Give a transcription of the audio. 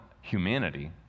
humanity